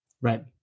right